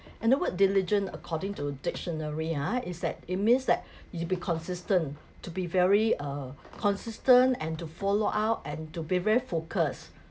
and the word diligent according to dictionary ah it that it means like you have to be consistent to be very uh consistent and to follow out and to be very focus